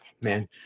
man